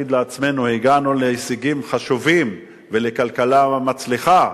לעצמנו שהגענו להישגים חשובים ולכלכלה מצליחה,